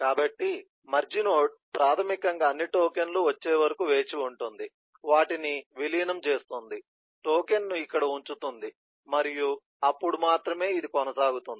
కాబట్టి merge node ప్రాథమికంగా అన్ని టోకెన్లు వచ్చే వరకు వేచి ఉంటుంది వాటిని విలీనం చేస్తుంది టోకెన్ ను ఇక్కడ ఉంచుతుంది మరియు అప్పుడు మాత్రమే ఇది కొనసాగుతుంది